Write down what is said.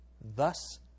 Thus